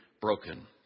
broken